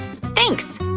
thanks!